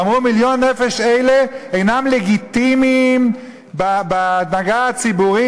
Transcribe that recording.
ואמרו: מיליון נפש אלה אינם לגיטימיים בהנהגה הציבורית,